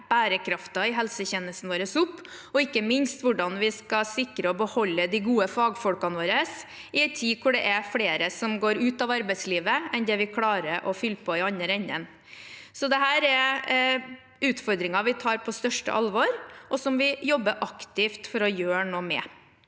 bærekraften i helsetjenesten vår opp, og ikke minst hvordan vi skal sikre å beholde de gode fagfolkene våre i en tid hvor det er flere som går ut av arbeidslivet enn vi klarer å fylle på i den andre enden. Dette er utfordringer vi tar på største alvor og jobber aktivt for å gjøre noe med.